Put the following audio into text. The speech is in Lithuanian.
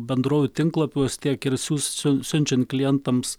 bendrovių tinklapiuos tiek ir sius siunčiant klientams